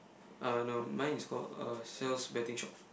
uh no mine is called uh Sal's betting shop